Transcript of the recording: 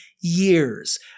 years